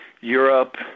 Europe